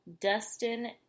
Dustin